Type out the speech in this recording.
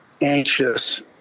anxious